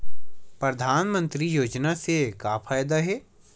परधानमंतरी योजना से का फ़ायदा हे?